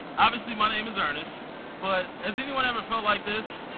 obviously, my name is earnest but has anyone ever felt like this?